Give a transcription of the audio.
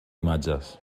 imatges